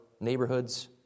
neighborhoods